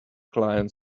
client